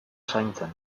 zaintzen